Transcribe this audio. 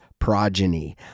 progeny